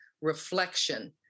reflection